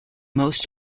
most